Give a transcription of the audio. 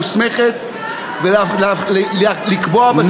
המוסמכת לקבוע בסוגיה הזו,